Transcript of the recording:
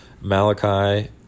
Malachi